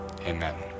Amen